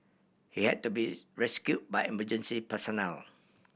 he had to be rescue by emergency personnel